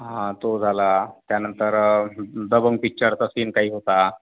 हां तो झाला त्यानंतर दबंग पिच्चरचा सीन काही होता